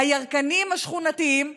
הירקנים השכונתיים פתוחים.